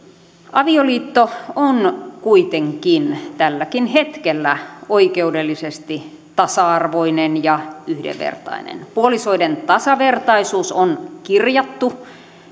avioliitto on kuitenkin tälläkin hetkellä oikeudellisesti tasa arvoinen ja yhdenvertainen puolisoiden tasavertaisuus on kirjattu